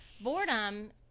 boredom